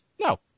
no